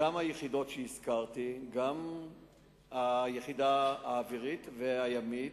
גם היחידות שהזכרתי, גם היחידה האווירית והימית,